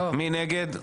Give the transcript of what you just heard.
מי נגד?